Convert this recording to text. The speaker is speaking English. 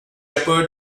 shepherd